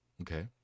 Okay